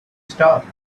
stopped